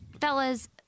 fellas